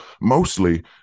mostly